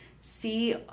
see